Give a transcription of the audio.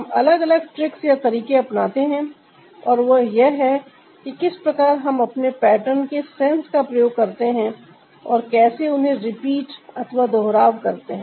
हम अलग अलग ट्रिक्स या तरीके अपनाते हैं और यह वह है कि किस प्रकार हम अपने पैटर्न के सेंस का प्रयोग करते हैं और कैसे उन्हें रिपीट अथवा दोहराव करते हैं